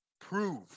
prove